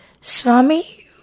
Swami